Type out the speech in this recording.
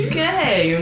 Okay